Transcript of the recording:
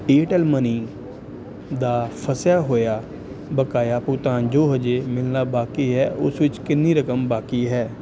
Airtel money ਦਾ ਫਸਿਆ ਹੋਇਆ ਬਕਾਇਆ ਭੁਗਤਾਨ ਜੋ ਹਜੇ ਮਿਲਣਾ ਬਾਕੀ ਹੈ ਉਸ ਵਿੱਚ ਕਿੰਨੀ ਰਕਮ ਬਾਕੀ ਹੈ